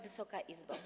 Wysoka Izbo!